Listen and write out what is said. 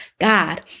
God